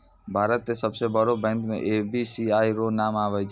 भारत मे सबसे बड़ो बैंक मे एस.बी.आई रो नाम आबै छै